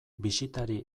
bisitari